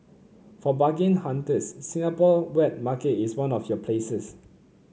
for bargain hunters Singapore wet market is one of your places